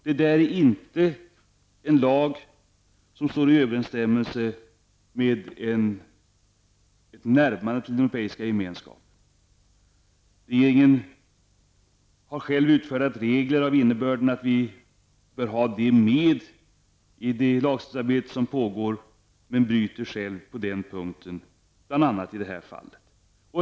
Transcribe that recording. Detta är inte en lag som står i överensstämmelse med viljan till ett närmande till den Europeiska gemenskapen. Regeringen har själv utfärdat regler av innebörden att vi bör ha EG-reglerna med i det lagstiftningsarbete som pågår, men bryter själv i det här fallet på den punkten.